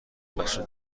بچه